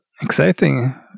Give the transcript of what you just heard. exciting